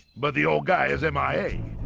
but the old guy is m i a